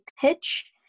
pitch